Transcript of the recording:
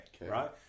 right